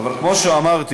אבל כמו שאמרתי,